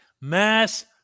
mass